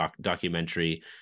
documentary